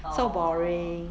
so boring